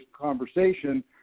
conversation